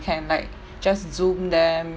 can like just Zoom them